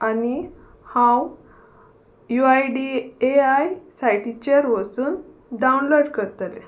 आनी हांव U I D A I सायटीचेर वचून डावनलोड करतलें